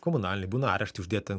komunaliniai būna areštai uždėti